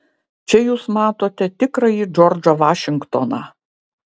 čia jūs matote tikrąjį džordžą vašingtoną